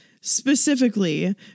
specifically